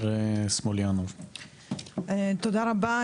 תודה רבה.